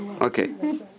okay